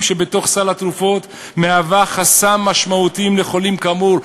שבסל התרופות מהווה חסם משמעותי לחולים כאמור.